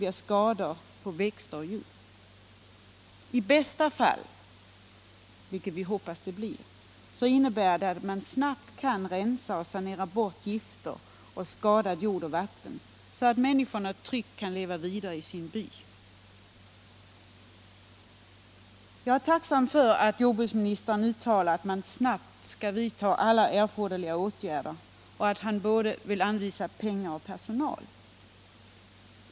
I bästa fall — vilket vi hoppas på — kan man snabbt rensa bort och sanera gifterna och den jord och det vatten som skadats, så att människorna tryggt kan leva vidare i sin by. Jag är tacksam för att jordbruksministern uttalat att man snabbt skall vidta alla erforderliga åtgärder och att han vill anvisa både pengar och personal.